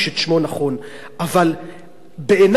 אבל בעיני,